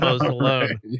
alone